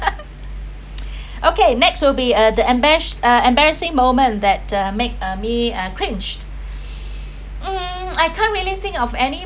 okay next will be uh the emba~ uh embarrassing moment that uh make uh me uh cringed um I can't really think of any